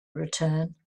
return